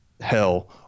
Hell